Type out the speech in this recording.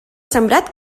sembrat